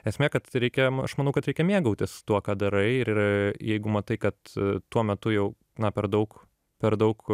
esmė kad reikia aš manau kad reikia mėgautis tuo ką darai ir jeigu matai kad tuo metu jau na per daug per daug